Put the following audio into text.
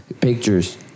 Pictures